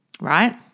right